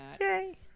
Yay